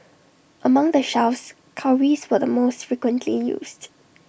among the shells cowries were the most frequently used